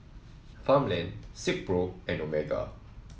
Farmland Silkpro and Omega